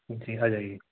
जी आ जाइए